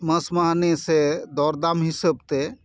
ᱢᱟᱹᱥ ᱢᱟᱹᱦᱱᱟᱹ ᱥᱮ ᱫᱚᱨ ᱫᱟᱢ ᱦᱤᱸᱥᱟᱹᱵ ᱛᱮ